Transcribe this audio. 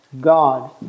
God